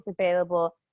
available